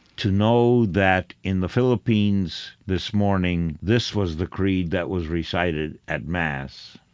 to know that in the philippines this morning this was the creed that was recited at mass